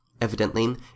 evidently